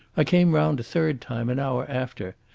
i came round a third time an hour after,